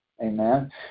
Amen